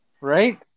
Right